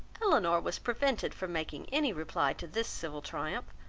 elinor was prevented from making any reply to this civil triumph,